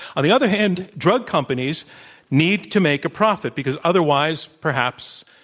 on the other hand, drug companies need to make a profit, because otherwise, perhaps,